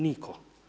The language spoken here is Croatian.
Nitko.